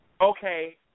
Okay